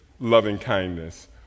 loving-kindness